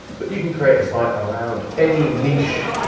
but you can create a site around any niche,